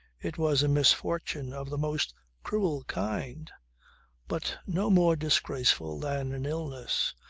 it was a misfortune of the most cruel kind but no more disgraceful than an illness,